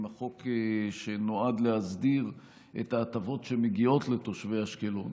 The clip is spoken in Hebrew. החוק שנועד להסדיר את ההטבות שמגיעות לתושבי אשקלון